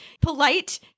polite